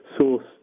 source